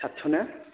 सातस' ना